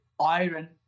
iron